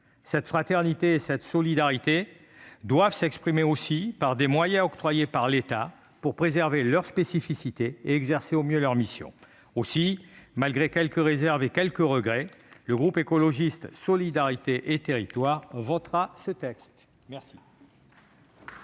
cette fraternité et cette solidarité, l'État doit leur octroyer les moyens leur permettant de préserver leur spécificité et d'exercer au mieux leurs missions. Aussi, malgré quelques réserves et quelques regrets, le groupe Écologiste - Solidarité et Territoires votera ce texte. La